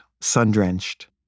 sun-drenched